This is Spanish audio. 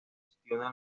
gestiona